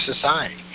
society